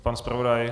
Pan zpravodaj?